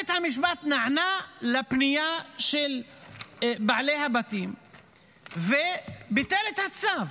בית המשפט נענה לפנייה של בעלי הבתים וביטל את הצו,